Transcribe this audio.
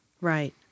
Right